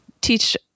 teach